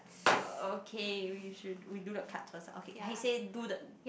okay we should we do the cards first lah okay hi say do the